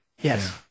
Yes